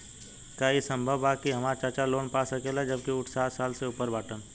का ई संभव बा कि हमार चाचा लोन पा सकेला जबकि उ साठ साल से ऊपर बाटन?